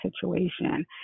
situation